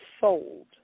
sold